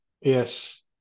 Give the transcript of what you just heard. Yes